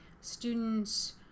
students